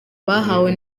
bahawe